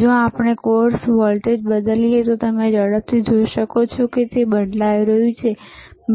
જો આપણે coarse voltage બદલીએ તો તમે ઝડપથી જોઈ શકો છો કે તે બદલાઈ રહ્યું છે